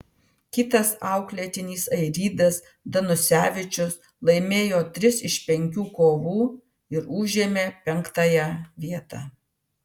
kitas auklėtinis airidas danusevičius laimėjo tris iš penkių kovų ir užėmė penktąją vietą